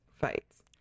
fights